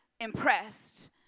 impressed